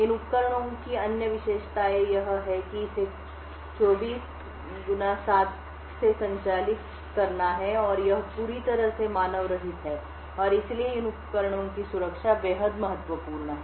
इन उपकरणों की अन्य विशेषताएं यह है कि इसे 24 को 7 से संचालित करना है और यह पूरी तरह से मानव रहित है और इसलिए इन उपकरणों की सुरक्षा बेहद महत्वपूर्ण है